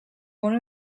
one